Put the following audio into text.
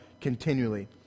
continually